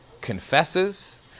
Confesses